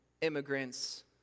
immigrants